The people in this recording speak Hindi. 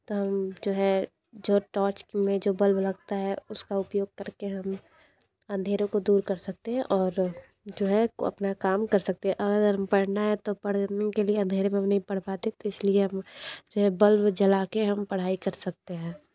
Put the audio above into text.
तो हम जो है जो टॉर्च में जो बल्ब लगता है उसका उपयोग करके हम अंधेरे को दूर कर सकते हैं और जो है को अपना काम कर सकते हैं ओ अगर पढ़ना है पढ़ने के लिए अंधेरे में हम नहीं पढ़ पाते तो इसलिए हम जो है बल्ब जला कर हम पढ़ाई कर सकते हैं